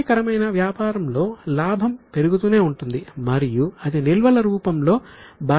ఆరోగ్యకరమైన వ్యాపారంలో లాభం పెరుగుతూనే ఉంటుంది మరియు అది నిల్వల రూపంలో బ్యాలెన్స్ షీట్లో ఇమిడి ఉంటుంది